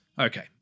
Okay